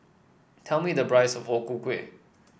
tell me the price of O Ku Kueh